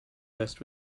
list